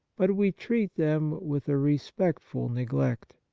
but we treat them with a respectful neglect.